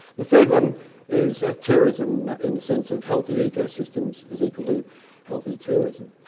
the third one is ah tourism, in the sense of healthy eco systems is equal to healthy tourism.